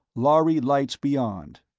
lhari lights beyond,